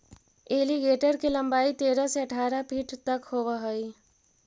alligator के लंबाई तेरह से अठारह फीट तक होवऽ हइ